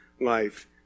life